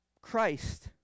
Christ